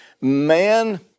man